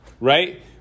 right